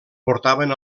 portaven